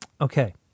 Okay